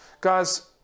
guys